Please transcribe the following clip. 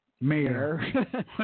Mayor